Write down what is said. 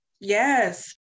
Yes